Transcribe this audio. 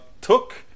took